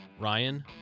Ryan